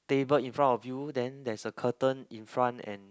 table in front of you then there's a curtain in front and